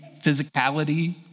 physicality